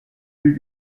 but